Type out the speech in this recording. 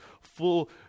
full